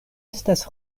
estas